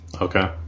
Okay